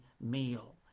meal